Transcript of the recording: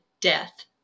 death